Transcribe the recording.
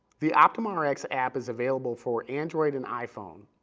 the optumrx app is available for android and iphone,